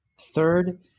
Third